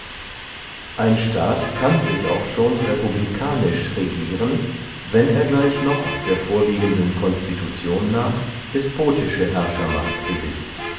ein staat kann sich auch schon republikanisch regieren wenn er gleich noch der vorliegenden constitution nach despotische herrschermacht besitzt